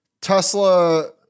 Tesla